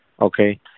okay